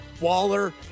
Waller